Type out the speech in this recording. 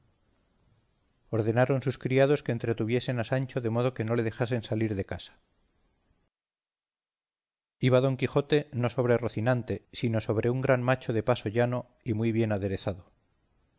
ordenaron con sus criados que entretuviesen a sancho de modo que no le dejasen salir de casa iba don quijote no sobre rocinante sino sobre un gran macho de paso llano y muy bien aderezado